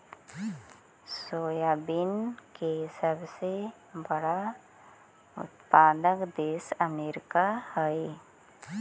soybean के सबसे बड़ा उत्पादक देश अमेरिका हइ